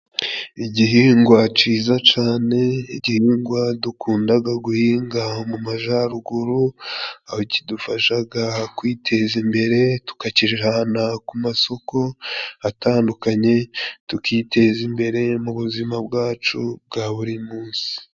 Igihingwa cyiza cane, igihingwa dukundaga guhinga mu majaruguru, aho kidufashaga kwiteza imbere tukakijana ku masoko atandukanye, tukiteza imbere mu buzima bwacu bwa buri munsi